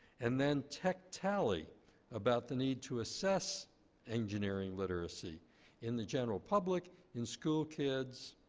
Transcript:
and then tech tally about the need to assess engineering literacy in the general public, in school kids,